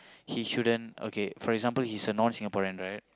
he shouldn't okay for example he's a non Singaporean right